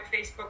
Facebook